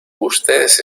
ustedes